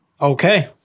Okay